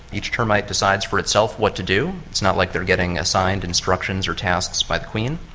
each termite decides for itself what to do. it's not like they are getting assigned instructions or tasks by the queen.